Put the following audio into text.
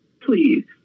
please